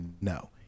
No